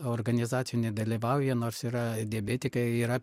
organizacijoj nedalyvauja nors yra diabetikai yra